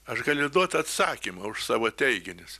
aš galiu duot atsakymą už savo teiginius